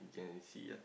can you see ah